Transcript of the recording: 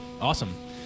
Awesome